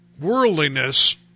worldliness